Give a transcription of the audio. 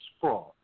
fraud